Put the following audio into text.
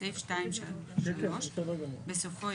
בפסקה הזאת,